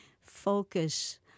focus